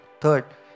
Third